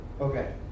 Okay